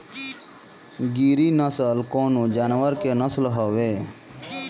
गिरी नश्ल कवने जानवर के नस्ल हयुवे?